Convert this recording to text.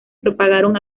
propagaron